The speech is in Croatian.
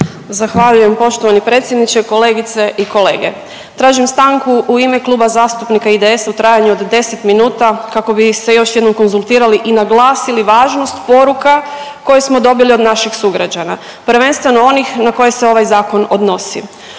Zahvaljujem poštovani predsjedniče. Kolegice i kolege, tražim stanku u ime Kluba zastupnika IDS-a u trajanju od 10 minuta kako bih se još jednom konzultirali i naglasili važnost poruka koje smo dobili od naših sugrađana. Prvenstveno onih na koje se ovaj Zakon odnosi.